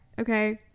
okay